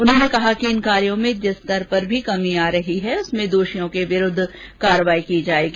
उन्होंने कहा कि इन कार्यो में जिस स्तर पर भी कमी रही है उसमें दोषियों के विरूद्व कार्यवाही की जायेगी